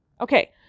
Okay